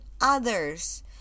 others